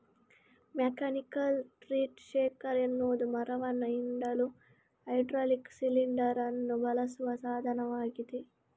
mechanical tree shaker ಎನ್ನುವುದು ಮರವನ್ನ ಹಿಂಡಲು ಹೈಡ್ರಾಲಿಕ್ ಸಿಲಿಂಡರ್ ಅನ್ನು ಬಳಸುವ ಸಾಧನವಾಗಿದೆ